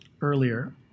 earlier